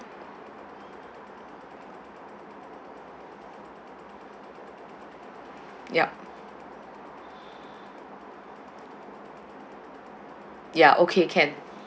yup ya okay can